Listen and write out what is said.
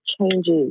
changes